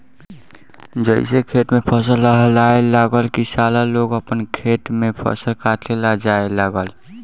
जइसे खेत में फसल लहलहाए लागल की सारा लोग आपन खेत में फसल काटे ला जाए लागल